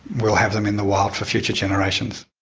we'll have them in the wild for future generations.